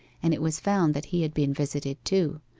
and it was found that he had been visited too.